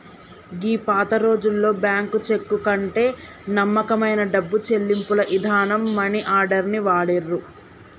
గీ పాతరోజుల్లో bank cheque కంటే నమ్మకమైన డబ్బు చెల్లింపుల ఇదానంగా మనీ ఆర్డర్ ని వాడిర్రు